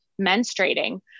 menstruating